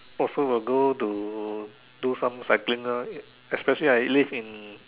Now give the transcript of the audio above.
also will go to do some cycling lah especially I live in